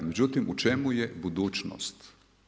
Međutim, u čemu je budućnost?